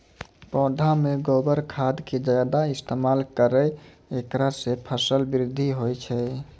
पौधा मे गोबर खाद के ज्यादा इस्तेमाल करौ ऐकरा से फसल बृद्धि होय छै?